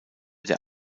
der